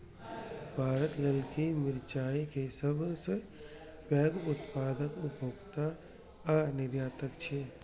भारत ललकी मिरचाय के सबसं पैघ उत्पादक, उपभोक्ता आ निर्यातक छियै